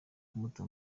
kumuta